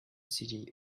city